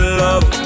love